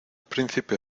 príncipe